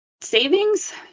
savings